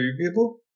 people